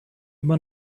immer